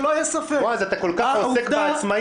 בועז, אתה כל כך עוסק בעצמאים